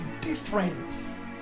difference